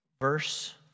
verse